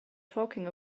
talking